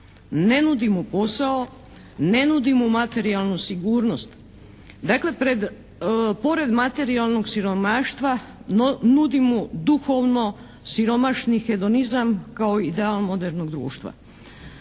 Ne nudi mu posao, ne nudi mu materijalnu sigurnost. Dakle, pored materijalnog siromaštva nudi mu duhovno siromašni hedonizam kao ideal modernog društva.